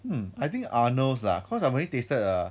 hmm I think arnold's lah cause I've only tasted um